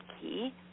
key